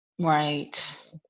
Right